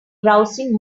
browsing